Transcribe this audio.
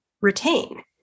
retain